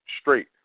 straight